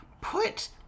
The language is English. put